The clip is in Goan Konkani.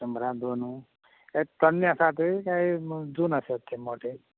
शंबराक दोन ते तन्ने आसात काय जून आसात ते मोठे